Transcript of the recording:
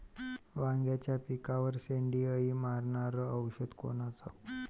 वांग्याच्या पिकावरचं शेंडे अळी मारनारं औषध कोनचं?